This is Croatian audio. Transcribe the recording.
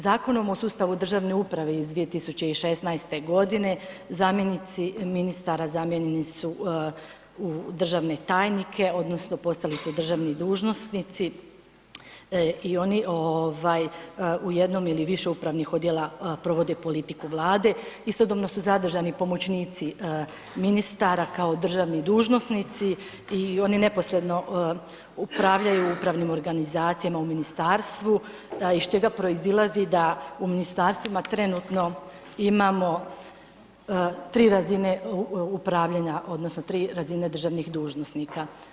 Zakonom o sustavu državne uprave iz 2016. g., zamjenici ministara zamijenjeni su u državne tajnike odnosno postali su državni dužnosnici i oni u jednom ili više upravnih odjela provode politiku Vlade, istodobno su zadržani pomoćnici ministara kao državni dužnosnici i oni neposredno upravljaju upravnim organizacijama u ministarstvu iz čega proizlazi da u ministarstvima trenutno imamo 3 razine upravljanja odnosno 3 razine državnih dužnosnika.